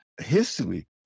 history